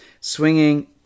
swinging